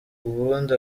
ubundi